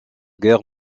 guerre